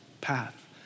path